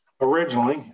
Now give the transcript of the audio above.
originally